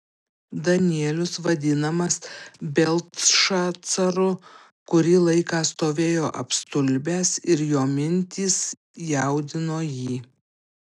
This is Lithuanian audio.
danielius vadinamas beltšacaru kurį laiką stovėjo apstulbęs ir jo mintys jaudino jį